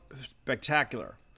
spectacular